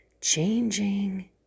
changing